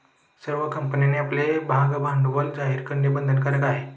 सर्व कंपन्यांनी आपले भागभांडवल जाहीर करणे बंधनकारक आहे